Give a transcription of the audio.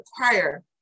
require